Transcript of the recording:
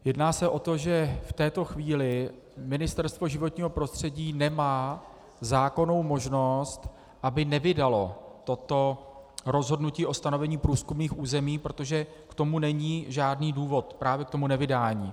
Jedná se o to, že v této chvíli Ministerstvo životního prostředí nemá zákonnou možnost, aby nevydalo toto rozhodnutí o stanovení průzkumných území, protože k tomu není žádný důvod, právě k tomu nevydání.